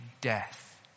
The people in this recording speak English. death